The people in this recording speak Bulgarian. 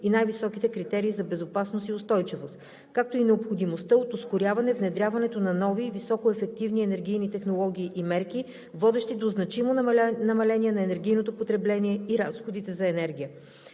и най-високите критерии за безопасност и устойчивост, както и необходимостта от ускоряване внедряването на нови и високоефективни енергийни технологии и мерки, водещи до значимо намаление на енергийното потребление и разходите за енергия.